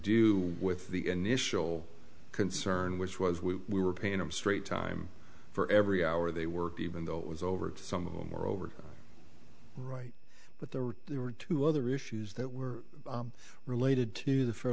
do with the initial concern which was we were paying them straight time for every hour they worked even though it was over some of them were over right but there were there were two other issues that were related to the fair